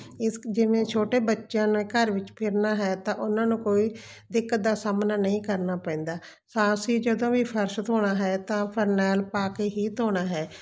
ਇਸ ਜਿਵੇਂ ਛੋਟੇ ਬੱਚਿਆਂ ਨਾਲ ਘਰ ਵਿੱਚ ਫਿਰਨਾ ਹੈ ਤਾਂ ਉਹਨਾਂ ਨੂੰ ਕੋਈ ਦਿੱਕਤ ਦਾ ਸਾਹਮਣਾ ਨਹੀਂ ਕਰਨਾ ਪੈਂਦਾ ਤਾਂ ਅਸੀਂ ਜਦੋਂ ਵੀ ਫਰਸ਼ ਧੋਣਾ ਹੈ ਤਾਂ ਫਰਨੈਲ ਪਾ ਕੇ ਹੀ ਧੋਣਾ ਹੈ